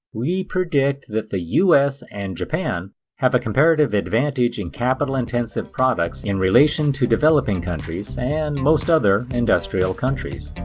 we predict that the us and japan have a comparative advantage in capital intensive products in relation to developing countries, and most other industrial countries.